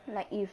like if